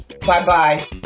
Bye-bye